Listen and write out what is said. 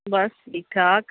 ਬਸ ਠੀਕ ਠਾਕ